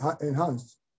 enhanced